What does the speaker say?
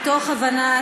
מתוך הבנת